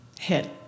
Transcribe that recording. hit